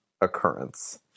occurrence